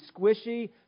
squishy